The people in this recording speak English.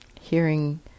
hearing